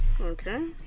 Okay